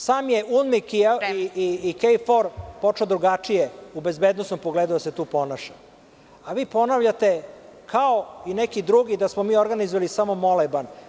Sam UNMIK i KFOR su počeli drugačije u bezbednosnom pogledu da se tu ponaša, a vi ponavljate kao neki drugi da smo mi organizovali samo moleban.